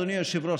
אדוני היושב-ראש,